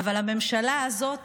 אבל לממשלה הזאת